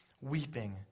weeping